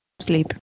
Sleep